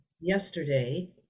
yesterday